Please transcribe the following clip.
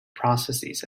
processes